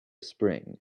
spring